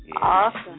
Awesome